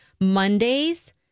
Mondays